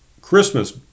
Christmas